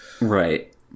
right